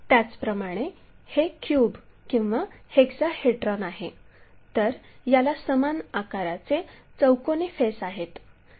त्याचप्रमाणे हे क्यूब किंवा हेक्साहेड्रॉन आहे तर याला समान आकाराचे चौकोनी फेस आहेत